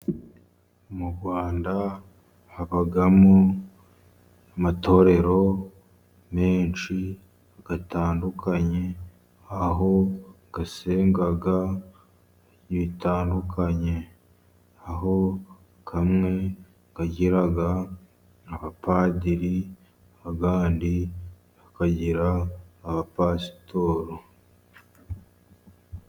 Mu Rwanda habamo amatorero menshi atandukanye, aho asenga bitandukanye , aho amwe agira abapadiri andi akagira abapasitori.